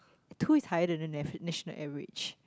two is higher than the national average